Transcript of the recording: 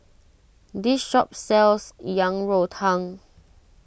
this shop sells Yang Rou Tang